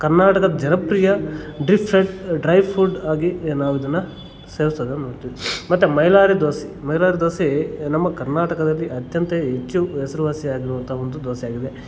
ಕರ್ನಾಟಕದ ಜನಪ್ರಿಯ deep fried dry food ಆಗಿ ನಾವಿದನ್ನು ಸೇವ್ಸೋದನ್ನು ನೋಡ್ತೀವಿ ಮತ್ತು ಮೈಲಾರಿ ದೋಸೆ ಮೈಲಾರಿ ದೋಸೆ ನಮ್ಮ ಕರ್ನಾಟಕದಲ್ಲಿ ಅತ್ಯಂತ ಹೆಚ್ಚು ಹೆಸರುವಾಸಿ ಆಗಿರುವಂಥ ಒಂದು ದೋಸೆಯಾಗಿದೆ